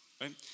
Right